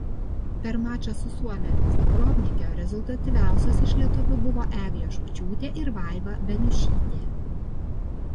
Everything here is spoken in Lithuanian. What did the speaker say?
per mačą su suomėmis dubrovnike rezultatyviausios iš lietuvių buvo eglė šulčiūtė ir vaiva beniušytė